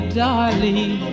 darling